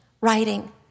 writing